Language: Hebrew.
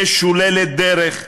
משוללת דרך,